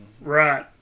Right